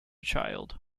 child